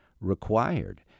required